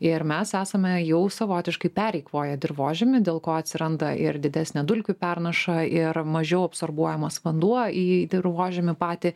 ir mes esame jau savotiškai pereikvoję dirvožemį dėl ko atsiranda ir didesnė dulkių pernaša ir mažiau absorbuojamas vanduo į dirvožemį patį